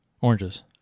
oranges